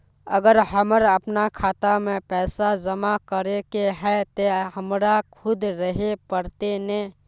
अगर हमर अपना खाता में पैसा जमा करे के है ते हमरा खुद रहे पड़ते ने?